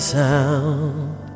sound